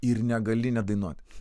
ir negali nedainuot